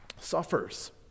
suffers